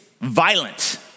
violent